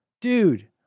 Dude